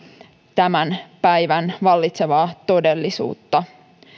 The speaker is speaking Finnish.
tämän päivän vallitsevaa todellisuutta